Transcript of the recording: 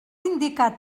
indicar